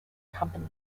company